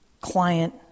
client